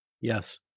Yes